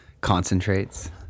concentrates